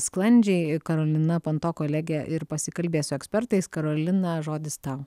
sklandžiai karolina panto kolegė ir pasikalbės su ekspertais karolina žodis tau